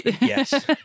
Yes